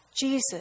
Jesus